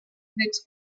trets